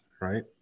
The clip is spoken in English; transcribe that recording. right